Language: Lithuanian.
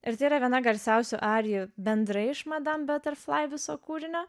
ir tai yra viena garsiausių arijų bendrai iš madam beterflai viso kūrinio